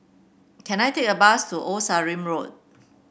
can I take a bus to Old Sarum Road